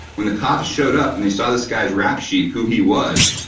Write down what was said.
when the cops showed up, and they saw this guy's rap sheet, who he was,